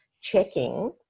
checking